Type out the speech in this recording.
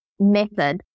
method